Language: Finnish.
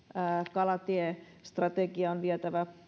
kalatiestrategia on vietävä